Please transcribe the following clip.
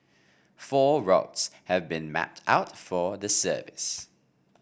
four routes have been mapped out for the service